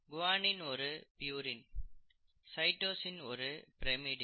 guanine ஒரு purine cytosine ஒரு pyrimidine